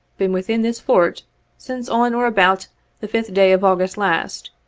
been within this fort since on or about the fifth day of august last,